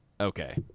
Okay